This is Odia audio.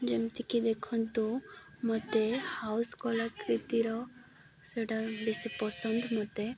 ଯେମିତି କି ଦେଖନ୍ତୁ ମୋତେ ହାଉସ୍ କଲାକ୍ରିତ୍ତିର ସେଇଟା ବେଶୀ ପସନ୍ଦ ମୋତେ